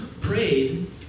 prayed